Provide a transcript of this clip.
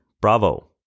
Bravo